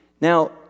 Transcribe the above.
Now